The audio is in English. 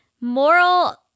moral